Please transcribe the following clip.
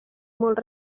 molt